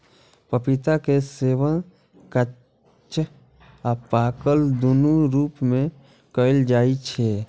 पपीता के सेवन कांच आ पाकल, दुनू रूप मे कैल जाइ छै